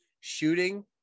shooting